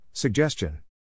Suggestion